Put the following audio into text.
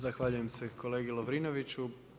Zahvaljujem se kolegi Lovrinoviću.